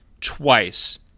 twice